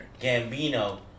Gambino